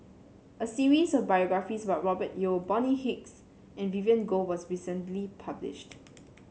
a series of biographies about Robert Yeo Bonny Hicks and Vivien Goh was recently published